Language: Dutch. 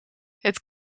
het